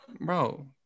Bro